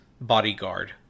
bodyguard